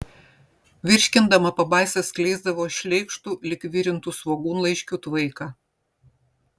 virškindama pabaisa skleisdavo šleikštų lyg virintų svogūnlaiškių tvaiką